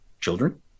children